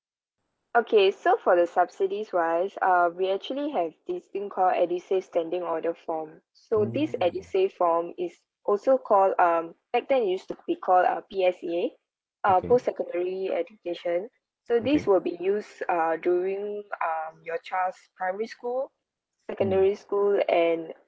okay so for the subsidies wise uh we actually have this thing called edusave standing order form so this edusave form is also called um back then it used to be called uh P_S_A uh post secondary education so this will be used uh during um your child's primary school secondary school and